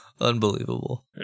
Unbelievable